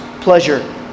pleasure